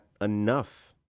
enough